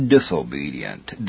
disobedient